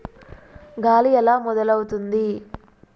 గాలి ఎలా మొదలవుతుంది?